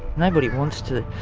nobody wants to.